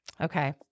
okay